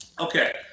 Okay